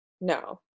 No